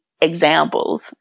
examples